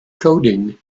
coding